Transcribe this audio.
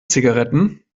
zigaretten